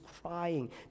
crying